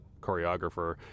choreographer